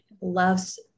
loves